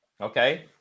Okay